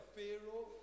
Pharaoh